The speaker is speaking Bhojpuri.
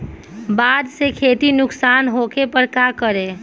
बाढ़ से खेती नुकसान होखे पर का करे?